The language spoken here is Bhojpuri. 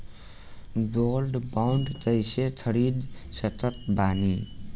गोल्ड बॉन्ड कईसे खरीद सकत बानी?